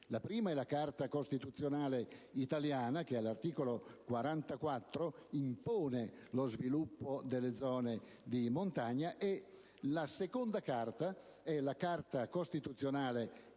la prima è la Carta costituzionale italiana, che, all'articolo 44, impone lo sviluppo delle zone di montagna; la seconda è la Carta costituzionale europea,